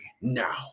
Now